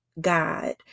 God